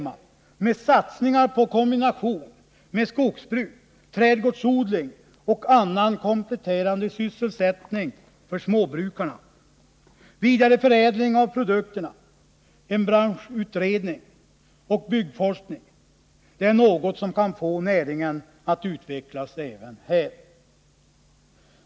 Men satsningar på en kombination med skogsbruk, trädgårdsodling och annan kompletterande sysselsättning för småbrukarna, vidareförädling av produkterna, en branschutredning samt byggforskning är något som kan få näringen att utvecklas även där.